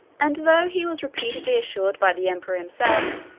and though he was repeatedly assured by the emperor himself,